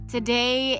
Today